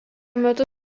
metu